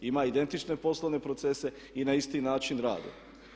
Ima identične poslovne procese i na isti način radi.